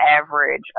average